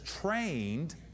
trained